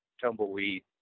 tumbleweed